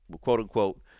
quote-unquote